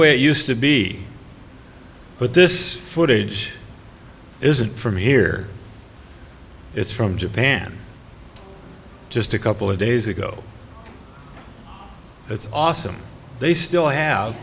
way used to be but this footage isn't from here it's from japan just a couple of days ago that's awesome they still have